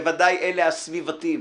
בוודאי אלה הסביבתיים.